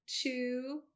two